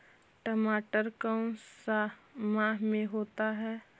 टमाटर कौन सा माह में होता है?